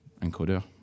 encoder